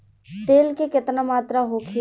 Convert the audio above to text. तेल के केतना मात्रा होखे?